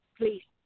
please